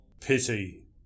Pity